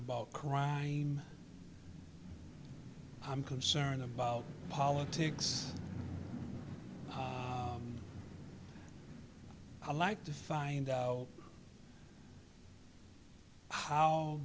about crime i'm concerned about politics i like to find out how